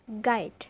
Guide